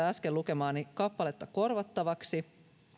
äsken lukemaani kappaletta korvattavaksi